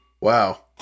Wow